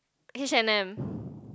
H and M